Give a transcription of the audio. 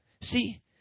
See